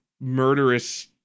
murderous